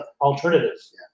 alternatives